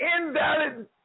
invalid